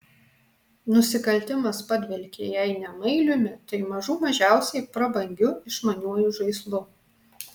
nusikaltimas padvelkė jei ne mailiumi tai mažų mažiausiai prabangiu išmaniuoju žaislu